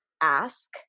Ask